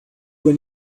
when